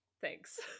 Thanks